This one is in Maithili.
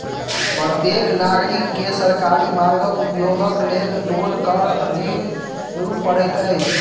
प्रत्येक नागरिक के सरकारी मार्गक उपयोगक लेल टोल कर दिअ पड़ैत अछि